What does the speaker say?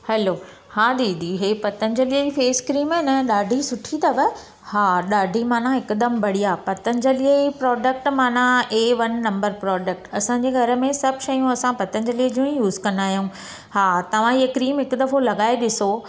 hello हा दीदी इहा पतंजली जी फेसक्रीम आहे न ॾाढी सुठी अथव हा ॾाढी माना हिकदमु बढ़िया पतंजली जी प्रोडक्ट माना ए वन नंबर प्रोडक्ट असांजे घर में सब शयूं असां पतंजली जूं ई यूस कंदा आहियूं हा तव्हां इहा क्रीम हिकु दफ़ो लॻाए ॾिसो